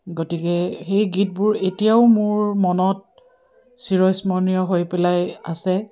গতিকে সেই গীতবোৰ এতিয়াও মোৰ মনত চিৰস্মৰণীয় হৈ পেলাই আছে